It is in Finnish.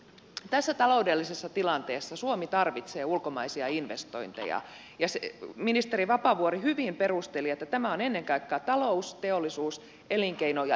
tässä taloudellisessa tilanteessa suomi tarvitsee ulkomaisia investointeja ja ministeri vapaavuori hyvin perusteli että tämä on ennen kaikkea talous teollisuus elinkeino ja ilmastopoliittinen päätös